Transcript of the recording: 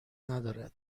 ندارد